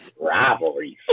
Rivalries